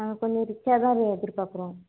நாங்கள் கொஞ்சம் ரிச்சாக தான் அது எதிர் பார்க்குறோம்